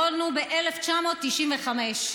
יכולנו ב-1995.